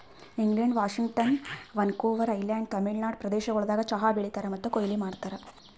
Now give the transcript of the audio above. England, Washington, Vancouver island, Tamil Nadu ಪ್ರದೇಶಗೊಳ್ದಾಗ್ ಚಹಾ ಬೆಳೀತಾರ್ ಮತ್ತ ಕೊಯ್ಲಿ ಮಾಡ್ತಾರ್